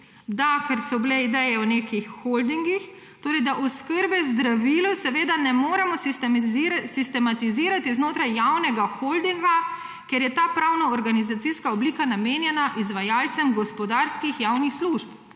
ker so bile ideje o nekih holdingih, da oskrbe z zdravili seveda ne moremo sistematizirati znotraj javnega holdinga, ker je ta pravna organizacijska oblika namenjena izvajalcem gospodarskih javnih služb.